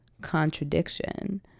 contradiction